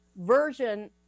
version